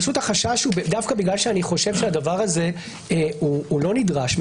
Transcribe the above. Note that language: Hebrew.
החשש הוא דווקא בגלל שאני חושב שהדבר הזה לא נדרש.